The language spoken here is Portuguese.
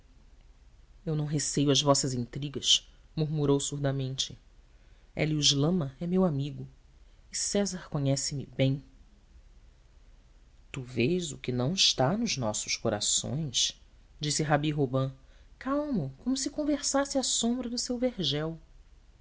eu não receio as vossas intrigas murmurou surdamente elio lama é meu amigo e césar conhece-me bem tu vês o que não está nos nossos corações disse rabi robã calmo como se conversasse à sombra do seu vergel